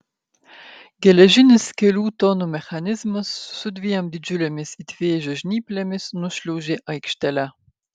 geležinis kelių tonų mechanizmas su dviem didžiulėmis it vėžio žnyplėmis nušliaužė aikštele